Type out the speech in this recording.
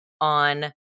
on